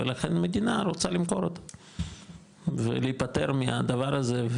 לכן המדינה רוצה למכור אותם ולהפטר מהדבר הזה,